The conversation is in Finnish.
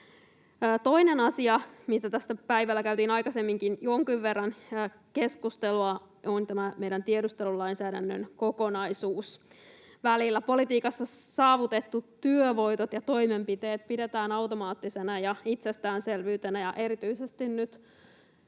Toinen asia, mistä tässä päivällä käytiin aikaisemminkin jonkun verran keskustelua, on tämä meidän tiedustelulainsäädännön kokonaisuus. Välillä politiikassa saavutettuja työvoittoja ja toimenpiteitä pidetään automaattisina ja itsestäänselvyyksinä, mutta erityisesti nyt